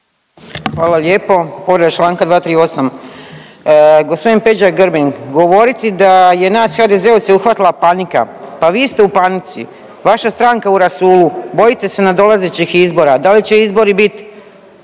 Hvala lijepo. Povreda Članka 238., gospodin Peđa Grbin govoriti da je nas HDZ-ovce uhvatila panika, pa vi ste u panici, vaša stranka u rasulu, bojite se nadolazećih izbora, da li će izbori bit